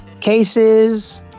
cases